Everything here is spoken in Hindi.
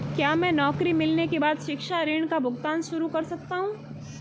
क्या मैं नौकरी मिलने के बाद शिक्षा ऋण का भुगतान शुरू कर सकता हूँ?